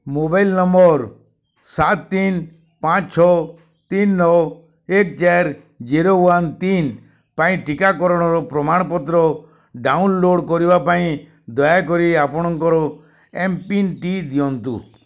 mobile number ସାତ ତିନ ପାଞ୍ଚ ଛଅ ତିନି ନଅ ଏକ ଚାରି ଜିରୋ ୱାନ୍ ତିନି ପାଇଁ ଟିକାକରଣର ପ୍ରମାଣପତ୍ର ଡାଉନଲୋଡ଼୍ କରିବା ପାଇଁ ଦୟାକରି ଆପଣଙ୍କର ଏମ୍ପିନ୍ଟି ଦିଅନ୍ତୁ